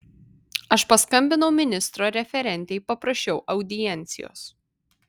aš paskambinau ministro referentei paprašiau audiencijos